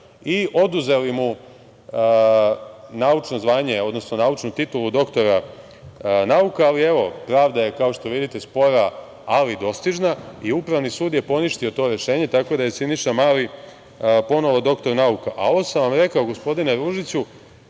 i oduzeli mu naučno zvanje, odnosno naučnu titulu doktora nauka, ali evo, pravda je, kao što vidite, spora ali dostižna i Upravni sud je poništio to rešenje tako da je Siniša Mali ponovo doktor nauka. Ovo sam vam rekao, gospodine Ružiću,